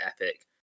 epic